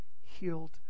healed